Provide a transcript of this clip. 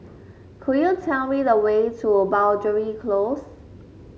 could you tell me the way to Boundary Close